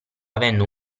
avendo